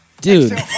Dude